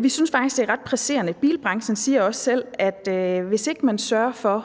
Vi synes faktisk, det er ret presserende. Bilbranchen siger også selv, at hvis ikke man allerede